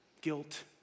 Guilt